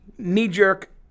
Knee-jerk